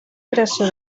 creació